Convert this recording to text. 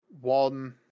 one